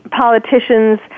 politicians